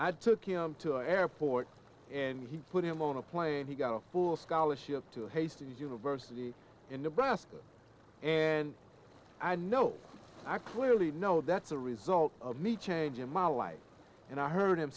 i took him to airport and he put him on a plane he got a full scholarship to hastings university in nebraska and i know i clearly know that's a result of me changing my life and i heard him